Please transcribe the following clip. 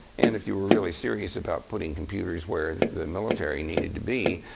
and if you were really serious about putting computers where the military needed to be,